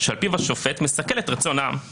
בוועדה למינוי שופטים היום יש שלושה נציגים לבית המשפט,